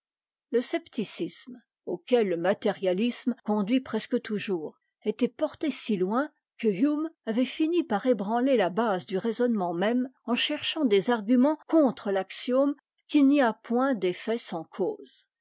le scepticisme auquel le matérialisme conduit presque toujours était porté si din que hume avait fini par ébranler la base du raisonnement même eri cherchant des arguments contre l'axiome t qu'il n'y a point d'effet sans cause